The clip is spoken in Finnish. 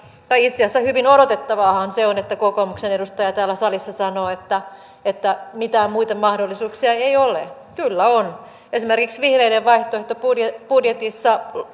tai itse asiassa hyvin odotettavaahan se on että kokoomuksen edustaja täällä salissa sanoo että mitään muita mahdollisuuksia ei ole kyllä on esimerkiksi vihreiden vaihtoehtobudjetissa